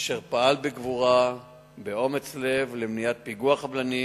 אשר פעל בגבורה ובאומץ לב למניעת פיגוע חבלני